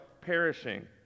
perishing